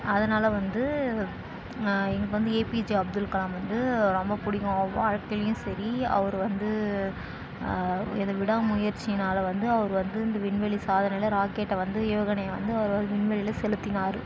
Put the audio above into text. அதனால் வந்து எனக்கு வந்து ஏபிஜே அப்துல்கலாம் வந்து ரொம்ப பிடிக்கும் அவர் வாழ்க்கையிலேயும் சரி அவர் வந்து இது விடாமுயற்சியினால் வந்து அவர் வந்து இந்த விண்வெளி சாதனையில் ராக்கெட்டை வந்து ஏவுகணையை வந்து அவர் விண்வெளியில் செலுத்தினார்